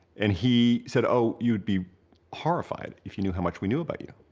and he said, oh, you'd be horrified if you knew how much we knew about you.